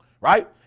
Right